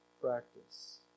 practice